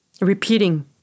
repeating